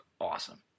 awesome